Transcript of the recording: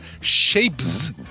Shapes